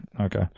Okay